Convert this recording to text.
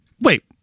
Wait